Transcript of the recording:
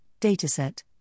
dataset